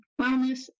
wellness